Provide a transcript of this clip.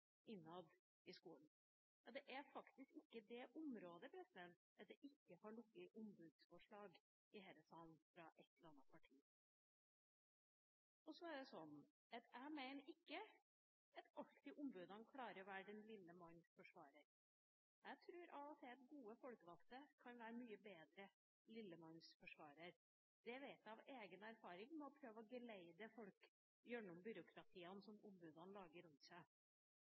i skolen. Det er faktisk ikke det område der det ikke har foreligget et ombudsforslag, fra et eller annet parti i denne sal. Jeg mener ikke at ombudene alltid klarer å være den lille manns forsvarer. Jeg tror av og til at gode folkevalgte kan være mye bedre som den lille manns forsvarer. Det vet jeg av egen erfaring med å prøve å geleide folk gjennom de byråkratiene som ombudene lager rundt seg.